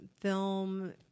film